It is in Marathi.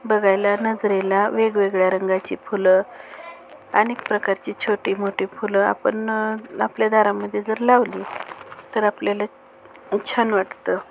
बघायला नजरेला वेगवेगळ्या रंगाची फुलं अनेक प्रकारची छोटी मोठी फुलं आपण आपल्या दारामध्ये जर लावली तर आपल्याला छान वाटतं